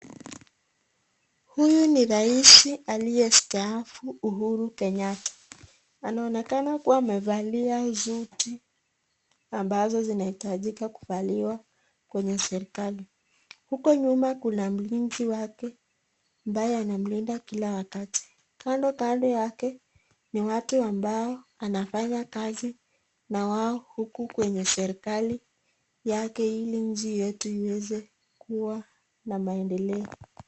Huyu ni rais aliyestaafu ,Uhuru Kenyatta, anaonekana kuwa amevalia suti ambazo zinahitajika kuvaliwa kwenye serikali, huku nyuma kuna mlinzi wake ambaye anamlinda kila wakati , pale kando yake ni watu ambao anafanya kazi na wao huku kwenye serikali yake ili nchi yetu iweze kuwa na maendeleo.